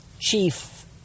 chief